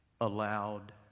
allowed